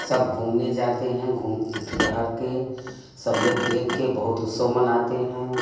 सब घूमने जाते हैं घूम ठहर के सब लोग देख के बहुत उत्सव मानते हैं